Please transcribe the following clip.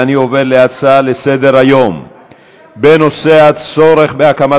אני עובר להצעה לסדר-היום בנושא: הצורך בהקמת